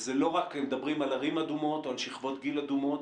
וזה לא רק מדברים על ערים אדומות או על שכבות גיל אדומות.